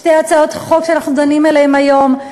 שתי הצעות החוק שאנחנו דנים עליהן היום,